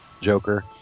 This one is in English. Joker